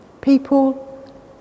People